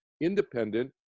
independent